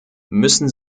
müssen